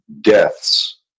deaths